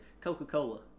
Coca-Cola